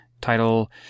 title